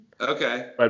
Okay